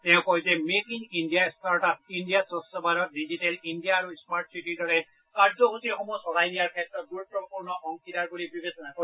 তেওঁ কয় যে make in India start up India স্ক্ছ ভাৰত ডিজিটেল ইণ্ডিয়া আৰু স্মাৰ্ট চিটীৰ দৰে কাৰ্যসূচীসমূহ চলাই নিয়াৰ ক্ষেত্ৰত গুৰুত্বপূৰ্ণ অংশীদাৰ বুলি বিবেচনা কৰে